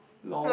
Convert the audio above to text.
long